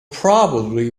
probably